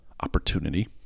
opportunity